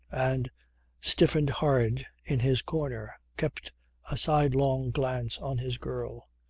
and stiffened hard in his corner, kept a sidelong glance on his girl.